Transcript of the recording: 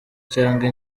cyangwa